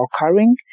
occurring